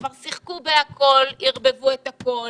כבר שיחקו בכול וערבבו את הכול